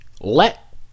let